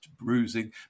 bruising